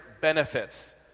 benefits